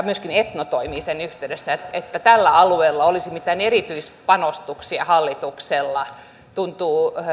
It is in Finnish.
myöskin etno toimii sen yhteydessä budjetista ei kuitenkaan näy että tällä alueella olisi mitään erityispanostuksia hallituksella tuntuu